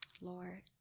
Lord